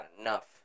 enough